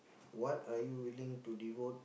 what are you willing to devote